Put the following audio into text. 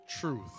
truth